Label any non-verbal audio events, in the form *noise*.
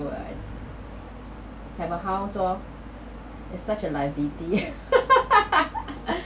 so have a house lor it such a liability *laughs*